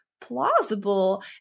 plausible